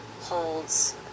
holds